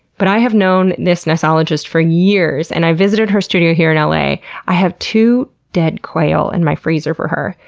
but i have known this nassologist for years, and i've visited her studio here in la. i have two dead quail in my freezer for her.